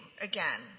again